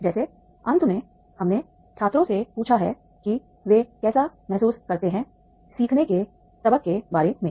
जैसे अंत में हमने छात्रों से पूछा है कि वे कैसा महसूस करते हैं सीखने के सबक के बारे में